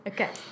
Okay